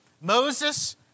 Moses